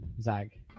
Zag